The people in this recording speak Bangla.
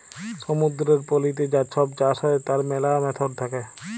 সমুদ্দুরের পলিতে যা ছব চাষ হ্যয় তার ম্যালা ম্যাথড থ্যাকে